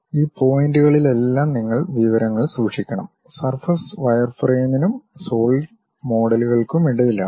ഈ പോയിന്റുകളിലെല്ലാം നിങ്ങൾ വിവരങ്ങൾ സൂക്ഷിക്കണം സർഫസ് വയർഫ്രെയിമിനും സോളിഡ് മോഡലുകൾക്കുമിടയിലാണ്